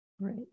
Right